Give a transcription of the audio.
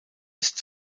ist